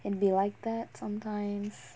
and be like that sometimes